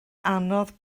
anodd